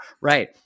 right